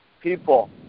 people